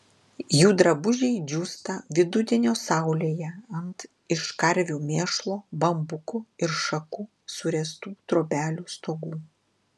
jų drabužiai džiūsta vidudienio saulėje ant iš karvių mėšlo bambukų ir šakų suręstų trobelių stogų